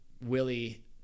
Willie